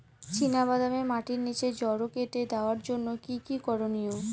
চিনা বাদামে মাটির নিচে জড় কেটে দেওয়ার জন্য কি কী করনীয়?